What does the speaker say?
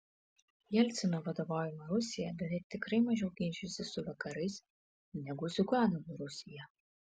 jelcino vadovaujama rusija beveik tikrai mažiau ginčysis su vakarais negu ziuganovo rusija